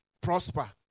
prosper